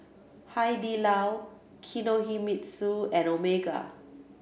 Hai Di Lao Kinohimitsu and Omega